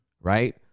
right